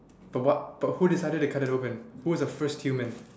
the what the who decided to cut it open who was the first human